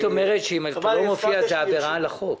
אומרת שאם אתה לא מופיע זו עבירה על החוק.